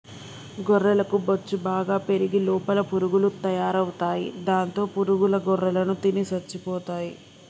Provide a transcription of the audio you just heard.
గొర్రెలకు బొచ్చు బాగా పెరిగి లోపల పురుగులు తయారవుతాయి దాంతో పురుగుల గొర్రెలను తిని చచ్చిపోతాయి